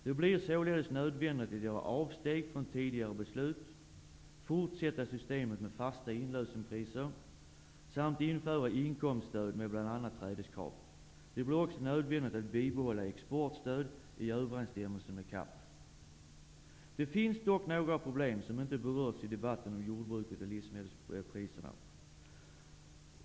Det blir således nödvändigt att göra avsteg från tidigare beslut, fortsätta systemet med fasta inlösenpriser samt införa inkomststöd med bl a trädeskrav. Det blir också nödvändigt att bibehålla exportstöd i överensstämmelse med CAP. Det finns dock några problem som inte har berörts i debatten om jordbruket och livsmedelspriserna.